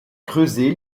creusé